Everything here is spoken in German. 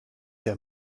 der